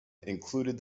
included